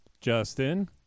Justin